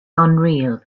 unreal